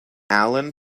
allen